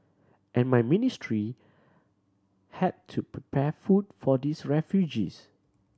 and my ministry had to prepare food for these refugees